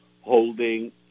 holding